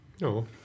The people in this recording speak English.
No